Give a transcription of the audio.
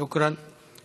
שוכרן.